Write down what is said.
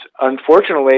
unfortunately